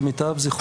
למיטב זיכרוני,